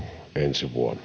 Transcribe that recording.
ensi vuonna